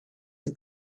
for